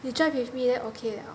you drive with me then okay [liao]